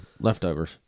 leftovers